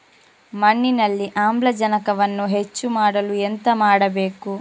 ಮಣ್ಣಿನಲ್ಲಿ ಆಮ್ಲಜನಕವನ್ನು ಹೆಚ್ಚು ಮಾಡಲು ಎಂತ ಮಾಡಬೇಕು?